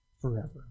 forever